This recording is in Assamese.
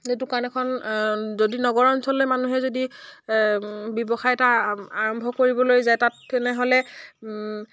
যে দোকান এখন যদি নগৰ অঞ্চললৈ মানুহে যদি ব্যৱসায় এটা আৰম্ভ কৰিবলৈ যায় তাত তেনেহ'লে